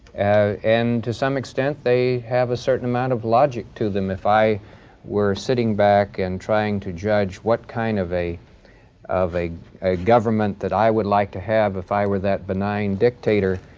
and to some extent, they have a certain amount of logic to them. if i were sitting back and trying to judge what kind of of a a government that i would like to have if i were that benign dictator,